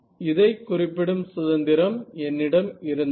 இதை குறிப்பிடும் சுதந்திரம் என்னிடம் இருந்தது